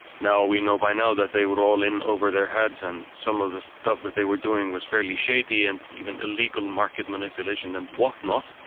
we know by now that they were all in over their heads and some of the stuff that they were doing was fairly shady and even illegal market manipulation and whatnot.